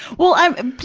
well, i,